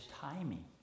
timing